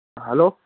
hello